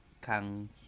kang